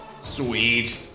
Sweet